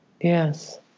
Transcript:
yes